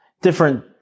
different